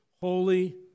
holy